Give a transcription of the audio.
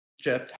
jeff